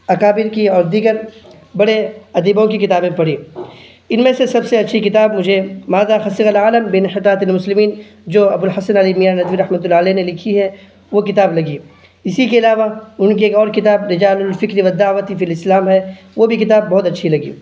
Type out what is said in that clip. اکابر کی اور دیگر بڑے ادیبوں کی کتابیں پڑھیں ان میں سے سب سے اچھی کتاب مجھے ما ذا فصح العالم بانحطاط المسلمین جو ابو الحسن علی میاں ندوی رحمۃ اللہ علیہ نے لکھی ہے وہ کتاب لگی اسی کے علاوہ ان کی ایک اور کتاب رجال الفکر والدعوۃ فی الاسلام ہے وہ بھی کتاب بہت اچھی لگی